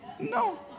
no